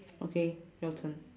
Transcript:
okay your turn